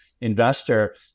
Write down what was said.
investor